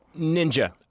Ninja